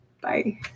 Bye